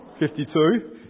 52